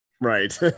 Right